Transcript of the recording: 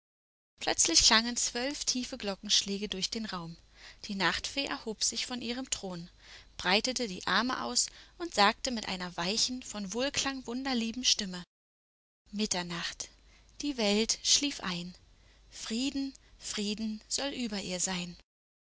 plötzlich klangen zwölf tiefe glockenschläge durch den raum die nachtfee erhob sich von ihrem thron breitete die arme aus und sagte mit einer weichen von wohlklang wunderlieben stimme mitternacht die welt schlief ein frieden frieden soll über ihr sein